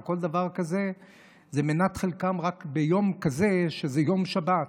כל דבר כזה היא מנת חלקם רק ביום כזה שזה יום שבת.